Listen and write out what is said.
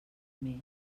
més